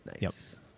Nice